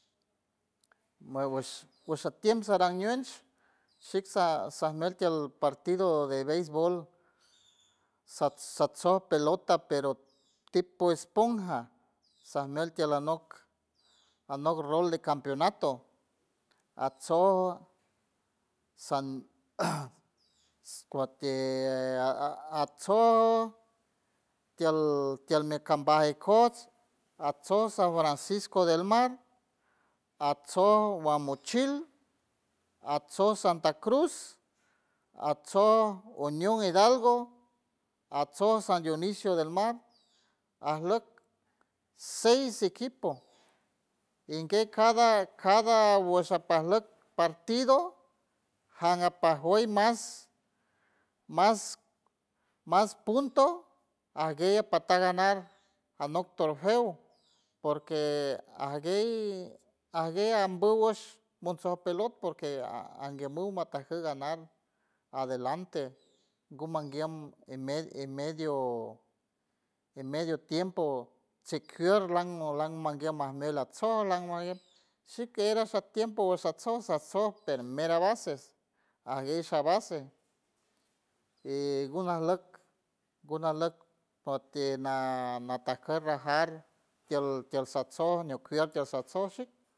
Meawash gusha tiem saran ñuewsh shix sa san nield tield partido de beisbool sat satso pelota pero tipo esponja samield ti ala nok anok rol de campeonato atso san cuatie atso tiald tiald mi cambay aikods atso san francisco del mar atso guamuchild atso santa cruz atso unión hidalgo atso san dionisio del mar arlok seis equipo ingue cada cada guesh sha parlok partido jam apajuey mas mas mas punto aguey apatar ganar anok torrueo porque aguey aguey ambu gosh montson pelot porque angue mu matajur ganar adelante guman guield en medio en medio en medio tiempo chikier lanmo lan manguier mamel latso langaye shikera sa tiempo guashey satso primera base aguey sha base y guna lok guna lok porque natacar najar tiold tiold satso niukiar tiold satco shic.